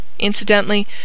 Incidentally